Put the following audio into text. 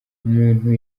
umuntu